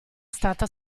stata